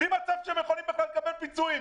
בלי שהם יכולים לקבל בכלל פיצויים,